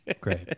Great